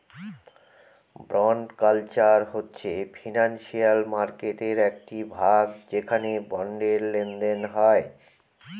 bond market হচ্ছে financial মার্কেটের একটি ভাগ যেখানে বন্ডের লেনদেন হয়